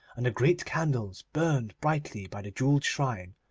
and the great candles burned brightly by the jewelled shrine,